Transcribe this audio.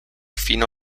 fino